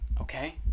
okay